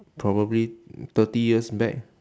probably thirty years back